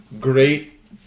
Great